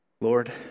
Lord